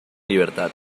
libertad